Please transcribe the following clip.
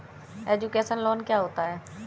Education loan क्या होता है?